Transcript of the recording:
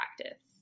practice